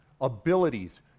abilities